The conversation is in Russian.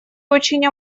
очень